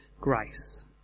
grace